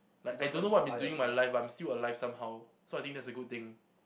like I don't know what I've been doing with my life but I'm still alive somehow so I think that's a good thing